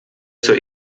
zur